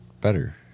better